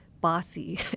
bossy